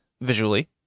visually